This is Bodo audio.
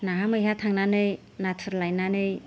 नाहा मैहा थांनानै नाथुर लायनानै